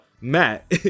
Matt